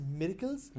miracles